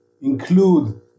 include